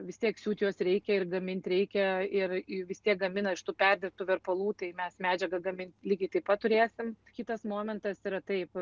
vis tiek siūt juos reikia ir gamint reikia ir vis tiek gamina iš tų perdirbtų verpalų tai mes medžiagas gamint lygiai taip pat turėsim kitas momentas yra taip